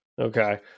okay